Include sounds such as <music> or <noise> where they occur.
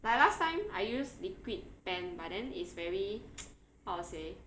like last time I use liquid pen but then it's very <noise> how to say